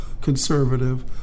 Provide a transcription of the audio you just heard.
conservative